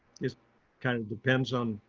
it kind of depends on